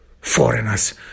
foreigners